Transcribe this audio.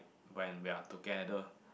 when we are together